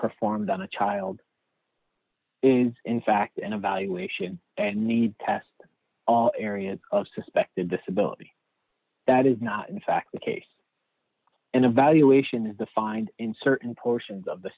performed on a child is in fact an evaluation and need to test all areas of suspected disability that is not in fact the case and evaluation is defined in certain portions of the